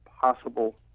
possible